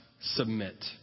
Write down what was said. submit